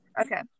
Okay